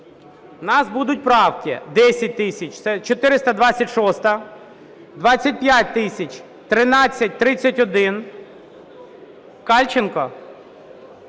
в нас будуть правки: 10 тисяч – це 426-а, 25 тисяч – 1331. Кальченко?